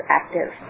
active